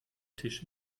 tisch